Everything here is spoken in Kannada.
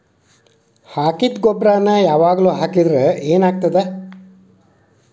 ಹಾಕಿದ್ದ ಗೊಬ್ಬರಾನೆ ಯಾವಾಗ್ಲೂ ಹಾಕಿದ್ರ ಏನ್ ಆಗ್ತದ?